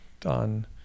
done